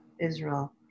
Israel